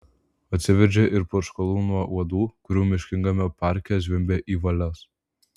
atsivežė ir purškalų nuo uodų kurių miškingame parke zvimbė į valias